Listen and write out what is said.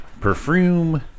perfume